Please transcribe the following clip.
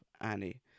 Annie